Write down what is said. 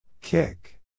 Kick